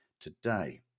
today